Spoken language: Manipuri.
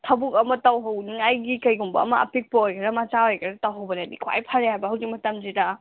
ꯊꯕꯛ ꯑꯃ ꯇꯧꯍꯧꯅꯤꯡꯉꯥꯏꯒꯤ ꯀꯩꯒꯨꯝꯕ ꯑꯃ ꯑꯄꯤꯛꯄ ꯑꯣꯏꯒꯦꯔ ꯃꯆꯥ ꯑꯣꯏꯒꯦꯔ ꯇꯧꯍꯧꯕꯅꯗꯤ ꯈ꯭ꯋꯥꯏ ꯐꯔꯦ ꯍꯥꯏꯕ ꯍꯧꯖꯤꯛ ꯃꯇꯝꯁꯤꯗ